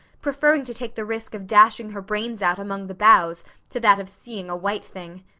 preferring to take the risk of dashing her brains out among the boughs to that of seeing a white thing.